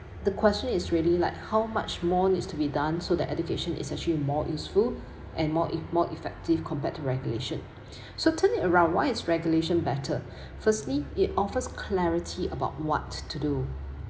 the question is really like how much more needs to be done so that education is actually more useful and more ef~ more effective compared to regulation so turn it around why is regulation better firstly it offers clarity about what to do